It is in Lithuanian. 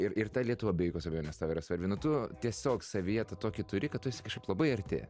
ir ir ta lietuva be jokios abejonės yra svarbi nu tu tiesiog savyje tą tokį turi kad tu esi kažkaip labai arti